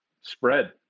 spread